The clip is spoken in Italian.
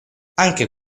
anche